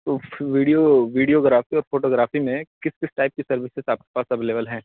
تو video videography اور photography میں کس کس ٹائپ کی سروسز آپ کے پاس اویلیبل ہیں